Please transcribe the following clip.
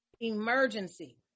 emergency